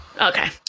Okay